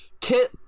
Kit